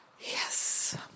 Yes